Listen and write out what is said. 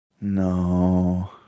No